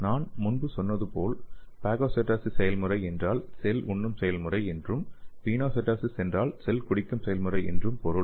நான் முன்பு சொன்னது போல் பாகோசைட்டோசிஸ் செயல்முறை என்றால் செல் உண்ணும் செயல்முறை என்றும் பினோசைடோசிஸ் என்றால் செல் குடிக்கும் செயல்முறை என்றும் பொருள்